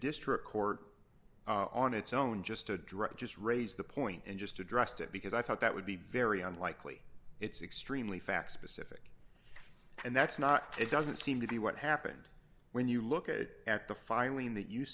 district court on its own just addressed just raised the point and just addressed it because i thought that would be very unlikely it's extremely fact specific and that's not it doesn't seem to be what happened when you look at it at the finally in that you